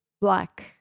black